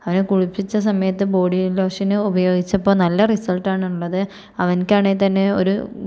അവനെ കുളിപ്പിച്ച സമയത്ത് ബോഡി ലോഷൻ ഉപയോഗിച്ചപ്പോൾ നല്ല റിസൾട്ടാണ് ഉള്ളത് അവൻക്ക് ആണേൽ തന്നെ ഒരു